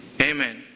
Amen